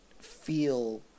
feel